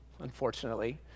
unfortunately